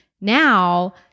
now